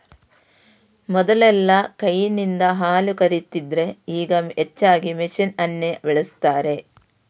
ಮೊದಲೆಲ್ಲಾ ಕೈನಿಂದ ಹಾಲು ಕರೀತಿದ್ರೆ ಈಗ ಹೆಚ್ಚಾಗಿ ಮೆಷಿನ್ ಅನ್ನೇ ಬಳಸ್ತಾರೆ